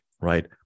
right